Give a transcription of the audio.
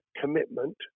commitment